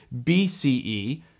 BCE